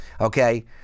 okay